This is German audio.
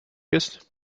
ist